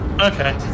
okay